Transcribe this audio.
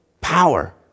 power